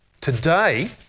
today